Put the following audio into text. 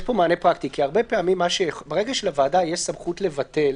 כי הרבה פעמים ברגע שלוועדה יש סמכות לבטל,